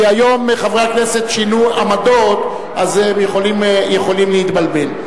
כי היום חברי הכנסת שינו עמדות אז הם יכולים להתבלבל.